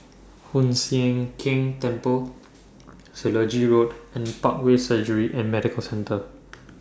Hoon Sian Keng Temple Selegie Road and Parkway Surgery and Medical Centre